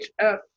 HF